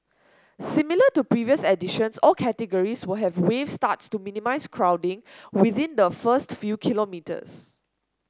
similar to previous editions all categories will have wave starts to minimise crowding within the first few kilometres